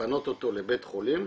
לפנות אותו לבית חולים,